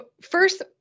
first